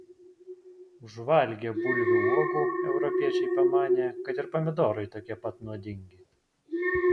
užvalgę bulvių uogų europiečiai pamanė kad ir pomidorai tokie pat nuodingi